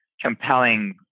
compelling